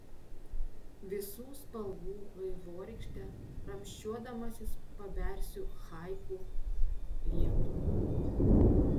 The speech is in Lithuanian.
visų spalvų vaivorykšte ramsčiuodamasis pabersiu haiku lietų